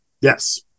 Yes